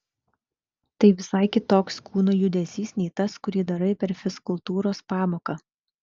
tai visai kitoks kūno judesys nei tas kurį darai per fizkultūros pamoką